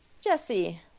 Jesse